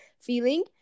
feeling